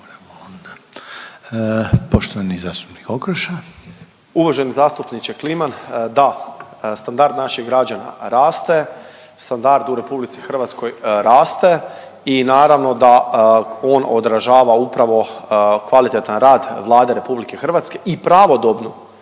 Tomislav (HDZ)** Uvaženi zastupniče Kliman, da, standard naših građana raste, standard u RH raste i naravno da on odražava upravo kvalitetan rad Vlade RH i pravodobnu